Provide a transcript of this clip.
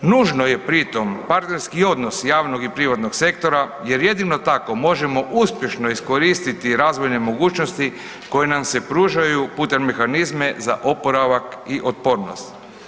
Nužno je pritom partnerski odnos javnog i privatnog sektora jer jedino tako možemo uspješno iskoristiti razvojne mogućnosti koje nam se pružaju putem mehanizma za oporavak i otpornost.